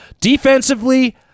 defensively